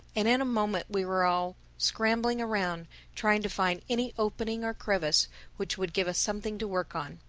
and in a moment we were all scrambling around trying to find any opening or crevice which would give us something to work on.